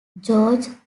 george